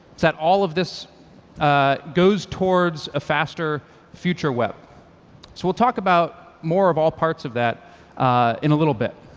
that all of this ah goes towards a faster future web. so we'll talk about more of all parts of that in a little bit.